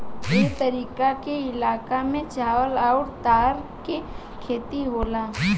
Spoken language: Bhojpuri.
ए तरीका के इलाका में चावल अउर तार के खेती होला